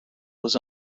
was